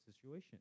situation